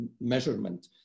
measurement